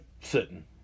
sitting